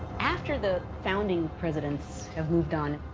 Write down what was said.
after the founding presidents have moved on,